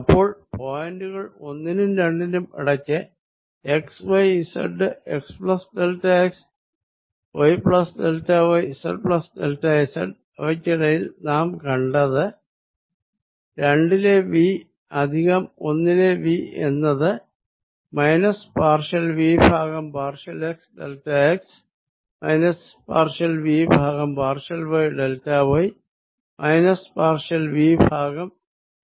അപ്പോൾ പോയിന്റ്കൾ ഒന്നിനും രണ്ടിനും ഇടയ്ക്ക് xy z x plus delta x y plus delta y z plus delta z അവയ്ക്കിടയിൽ നാം കണ്ടത് രണ്ടിലെ V പ്ലസ് ഒന്നിലെ V എന്നത് മൈനസ് പാർഷ്യൽ V ഭാഗം partial x delta x minus partial V ഭാഗം partial y delta y minus partial V ഭാഗം